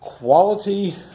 Quality